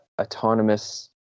autonomous